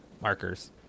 markers